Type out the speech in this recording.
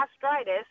gastritis